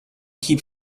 keep